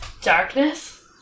Darkness